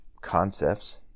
concepts